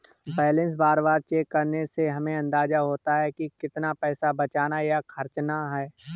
balance बार बार check करने से हमे अंदाज़ा होता है की कितना पैसा बचाना या खर्चना है